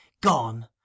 gone